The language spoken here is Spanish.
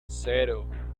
cero